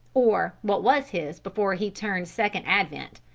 or what was his before he turned second advent.